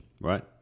Right